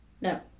no